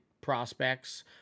prospects